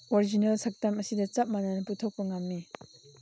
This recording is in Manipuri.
ꯑꯣꯔꯤꯖꯤꯅꯦꯜ ꯁꯛꯇꯝ ꯑꯁꯤꯒ ꯆꯞ ꯃꯥꯟꯅꯅ ꯄꯨꯊꯣꯛꯄ ꯉꯝꯃꯤ